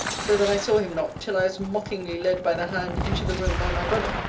so that i saw him not, till i was mockingly led by the hand into the room by my brother.